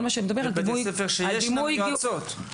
בבתי ספר שיש להם יועצות.